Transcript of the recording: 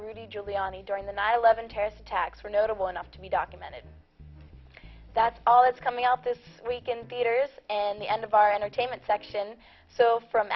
rudy giuliani during the nine eleven terrorist attacks were notable enough to be documented that's all that's coming up this weekend features and the end of our entertainment section so from